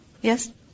Yes